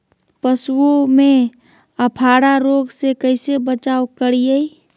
पशुओं में अफारा रोग से कैसे बचाव करिये?